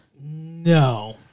No